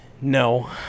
No